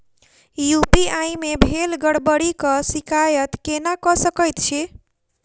UPI मे भेल गड़बड़ीक शिकायत केना कऽ सकैत छी?